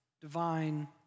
divine